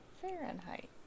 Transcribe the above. Fahrenheit